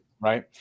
right